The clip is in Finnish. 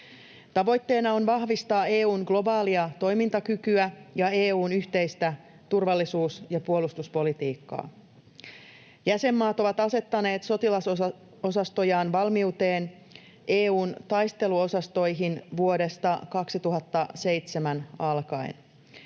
Tavoitteena on vahvistaa EU:n globaalia toimintakykyä ja EU:n yhteistä turvallisuus- ja puolustuspolitiikkaa. Jäsenmaat ovat asettaneet sotilasosastojaan valmiuteen EU:n taisteluosastoihin vuodesta 2007 alkaen.